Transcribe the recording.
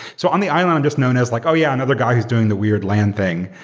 so on the island i'm just known as like, oh, yeah. another guys doing the weird land thing.